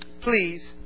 Please